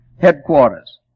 headquarters